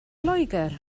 loegr